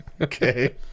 Okay